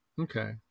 okay